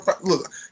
look